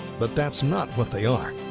but that's not what they are.